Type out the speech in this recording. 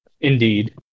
Indeed